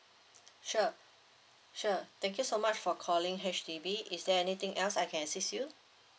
sure sure thank you so much for calling H_D_B is there anything else I can assist you